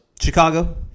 Chicago